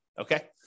okay